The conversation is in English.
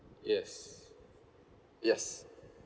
yes yes